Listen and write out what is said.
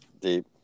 deep